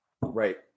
Right